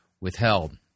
withheld